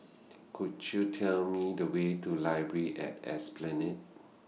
Could YOU Tell Me The Way to Library At Esplanade